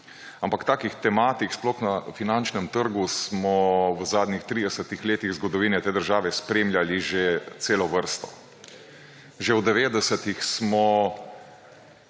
Ampak takih tematik sploh na finančnem trgu smo v zadnjih 30-ih letih zgodovine te države spremljali že celo vrsto. Že v 90-ih smo,